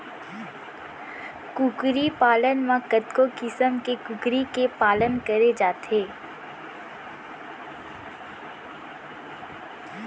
कुकरी पालन म कतको किसम के कुकरी के पालन करे जाथे